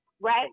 right